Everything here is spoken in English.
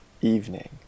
evening